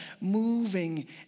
moving